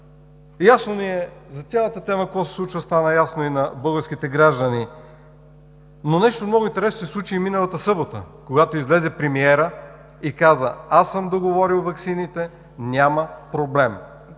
Ясно ми е за цялата тема – какво се случва, стана ясно и на българските граждани. Нещо много интересно се случи миналата събота, когато Премиерът излезе и каза: „Аз съм договорил ваксините, няма проблем”.